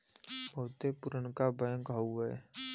बहुते पुरनका बैंक हउए